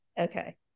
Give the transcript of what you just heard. okay